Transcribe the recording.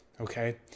okay